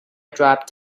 dropped